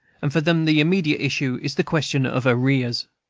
and for them the immediate issue is the question of arrears.